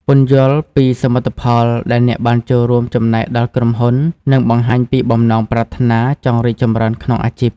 ពន្យល់ពី សមិទ្ធផល ដែលអ្នកបានរួមចំណែកដល់ក្រុមហ៊ុន និង បង្ហាញពីបំណងប្រាថ្នាចង់រីកចម្រើន ក្នុងអាជីព។